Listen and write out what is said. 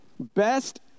best